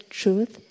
truth